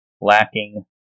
lacking